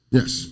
Yes